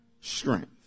strength